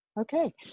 Okay